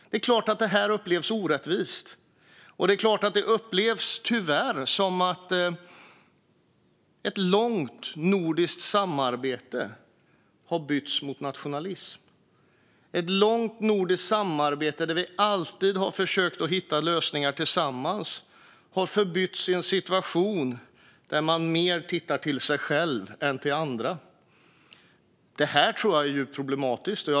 Det är klart att det upplevs som orättvist, och det är klart att det tyvärr upplevs som att ett långt nordiskt samarbete har bytts mot nationalism. Ett långt nordiskt samarbete där vi alltid har försökt att hitta lösningar tillsammans har förbytts i en situation där man mer ser till sig själv än till andra. Det här tror jag är problematiskt.